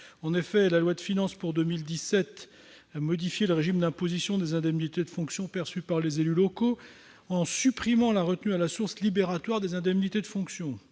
habitants. La loi de finances pour 2017 a modifié le régime d'imposition des indemnités de fonction perçues par les élus locaux en supprimant la retenue à la source libératoire. L'intégration